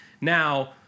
Now